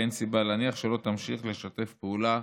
ואין סיבה להניח שלא תמשיך לשתף פעולה